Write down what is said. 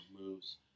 moves